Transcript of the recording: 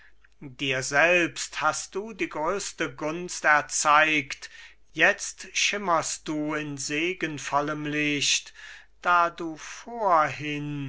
dir selbst hast du die größte gunst erzeigt jetzt schimmerst du in segenvollem licht da du vorhin